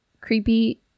creepy